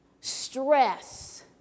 stress